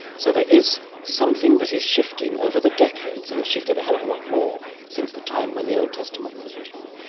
so there is something that is shifting over the decades and it has shifted a hell of a lot more since the time when the old testament was written.